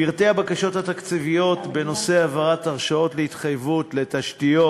פרטי הבקשות התקציביות בנושא העברת הרשאות להתחייבות לתשתיות,